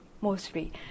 mostly